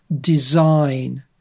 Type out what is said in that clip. design